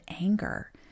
anger